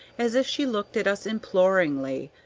as if she looked at us imploringly.